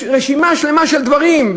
יש רשימה שלמה של דברים,